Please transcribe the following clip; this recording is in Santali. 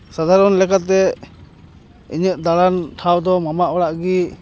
ᱥᱟᱫᱷᱟᱨᱚᱱ ᱞᱮᱠᱟᱛᱮ ᱤᱧᱟᱹᱜ ᱫᱟᱬᱟᱱ ᱴᱷᱟᱶ ᱫᱚ ᱢᱟᱢᱟ ᱚᱲᱟᱜ ᱜᱮ